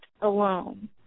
alone